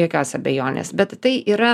jokios abejonės bet tai yra